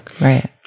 right